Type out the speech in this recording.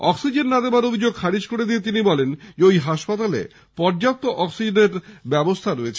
oxygen না দেওয়ার অভিযো খারিজ করে দিয়ে তিনি বলেন ঐ হাসপাতালে পর্যাপ্ত অক্সিজেনের ব্যবস্থা রয়েছে